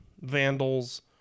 Vandals